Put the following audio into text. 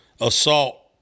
assault